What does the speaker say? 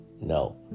No